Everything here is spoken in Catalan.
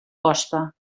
costa